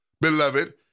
beloved